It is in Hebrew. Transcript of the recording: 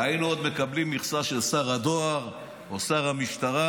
היינו עוד מקבלים מכסה של שר הדואר או שר המשטרה,